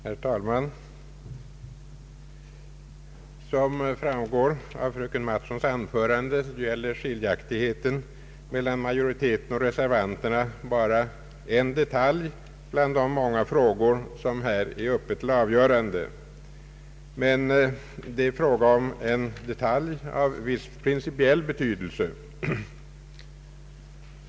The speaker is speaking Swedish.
Herr talman! Som framgår av fröken Mattsons anförande gäller skiljaktigheten mellan majoriteten och reservanterna bara en detalj bland de många frågor som här är uppe till avgörande. Men det är fråga om en detalj av en viss principiell betydelse.